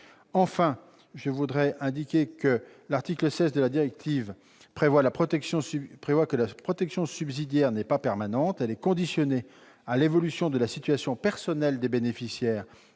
Troisièmement, l'article 16 de cette directive prévoit que la protection subsidiaire n'est pas permanente : elle est conditionnée à l'évolution de la situation personnelle des bénéficiaires